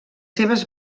seves